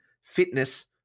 fitness